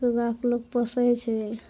सूगाके लोक पोसै छै